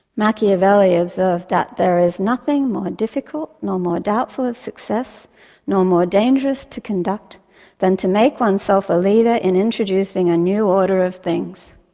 machiavelli observed that here is nothing more difficult nor more doubtful of success nor more dangerous to conduct than to make oneself a leader in introducing a new order of things.